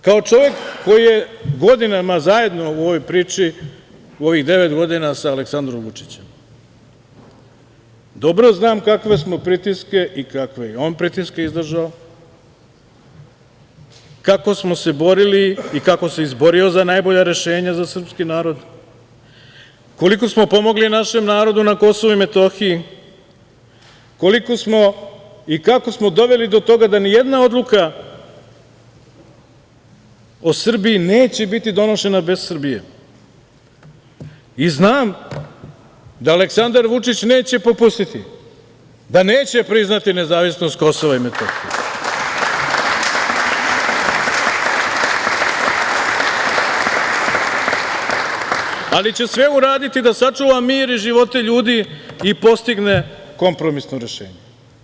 Kao čovek koji je godinama zajedno u ovoj priči, u ovih devet godina, sa Aleksandrom Vučićem, dobro znam kakve smo pritiske i kakve je on pritiske izdržao, kako smo se borili i kako se izborio za najbolja za srpski narod, koliko smo pomogli našem narodu na Kosovu i Metohiji, koliko smo i kako smo doveli do toga da ni jedna odluka o Srbiji neće biti donošena bez Srbije i znam da Aleksandar Vučić neće popustiti, da neće priznati nezavisnost Kosova i Metohije, ali će sve uraditi da sačuva mir i živote ljudi i postigne kompromisno rešenje.